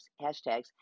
hashtags